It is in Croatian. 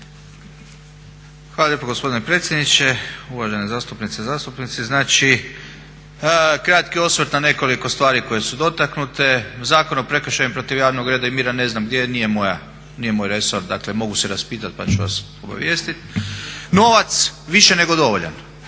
Hvala lijepo gospodine predsjedniče. Uvažene zastupnice i zastupnici znači kratki osvrt na nekoliko stvari koje dotaknute. Zakon o prekršajima protiv javnog reda i mira ne znam gdje je, nije moj resor, dakle mogu se raspitati pa ću vas obavijestit. Novac više nego dovoljan.